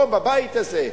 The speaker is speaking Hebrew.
פה בבית הזה,